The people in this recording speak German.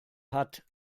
hat